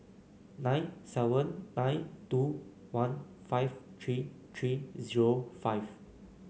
nine seven nine two one five three three zero five